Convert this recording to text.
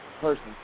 person